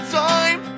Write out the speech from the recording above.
time